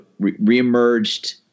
reemerged